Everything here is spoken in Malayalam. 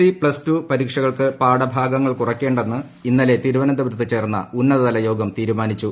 സി പ്ലസ് ടു പരീക്ഷകൾക്ക് പാഠഭാഗങ്ങൾ കുറക്കേണ്ടെന്ന് ഇന്നലെ തിരുവനന്തപുരത്ത് ചേർന്ന ഉന്നതതല യോഗം തീരുമാനിച്ചു